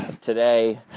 today